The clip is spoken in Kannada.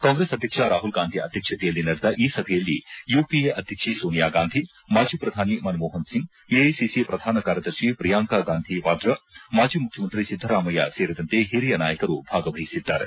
ಕಾಂಗ್ರೆಸ್ ಅಧ್ಯಕ್ಷ ರಾಹುಲ್ ಗಾಂಧಿ ಅಧ್ಯಕ್ಷತೆಯಲ್ಲಿ ನಡೆದ ಈ ಸಭೆಯಲ್ಲಿ ಯುಪಿಎ ಅಧ್ಯಕ್ಷೆ ಸೋನಿಯಾಗಾಂಧಿ ಮಾಜಿ ಪ್ರಧಾನಿ ಮನಮೋಪನ್ ಸಿಂಗ್ ಎಐಸಿಸಿ ಪ್ರಧಾನ ಕಾರ್ಯದರ್ಶಿ ಪ್ರಿಯಾಂಕಾ ಗಾಂಧಿ ವಾಡ್ರಾ ಮಾಜಿ ಮುಖ್ಯಮಂತ್ರಿ ಸಿದ್ದರಾಮಯ್ಯ ಸೇರಿದಂತೆ ಹಿರಿಯ ನಾಯಕರು ಭಾಗವಹಿಸಿದ್ದಾರೆ